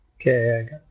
Okay